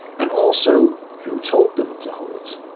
and also, who told them to halt?